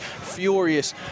furious